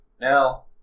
Now